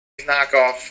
knockoff